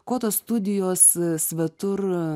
kuo tos studijos svetur